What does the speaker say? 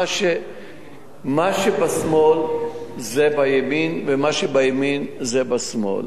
מה שבשמאל זה בימין, ומה שבימין זה בשמאל.